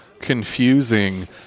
confusing